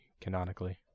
canonically